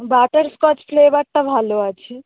butterscotch ফ্লেভারটা ভালো আছে